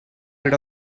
rid